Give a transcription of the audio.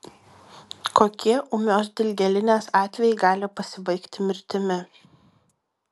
kokie ūmios dilgėlinės atvejai gali pasibaigti mirtimi